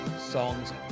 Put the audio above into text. songs